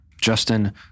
Justin